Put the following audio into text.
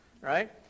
right